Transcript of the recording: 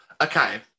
Okay